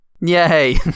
Yay